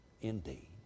indeed